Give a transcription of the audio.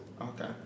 Okay